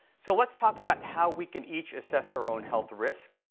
so let's talk about how we can each assess our own health risk.